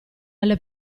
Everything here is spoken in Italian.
alle